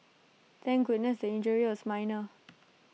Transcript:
thank goodness the injury was minor